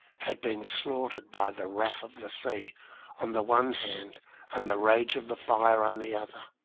had been slaughtered by the wrath of the sea on the one hand and the rage of the fire on the other?